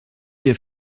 dir